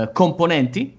componenti